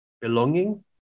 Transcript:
belonging